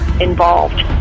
involved